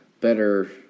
better